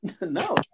No